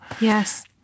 Yes